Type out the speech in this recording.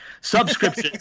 Subscription